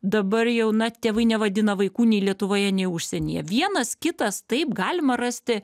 dabar jau na tėvai nevadina vaikų nei lietuvoje nei užsienyje vienas kitas taip galima rasti